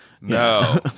No